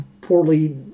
poorly